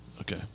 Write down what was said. Okay